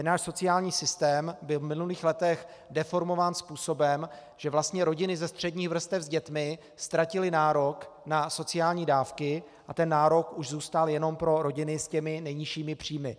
Náš sociální systém byl v minulých letech deformován způsobem, že vlastně rodiny s dětmi ze středních vrstev ztratily nárok na sociální dávky a ten nárok už zůstal jenom pro rodiny s těmi nejnižšími příjmy.